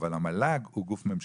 אבל המל"ג הוא גוף ממשלתי.